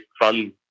fun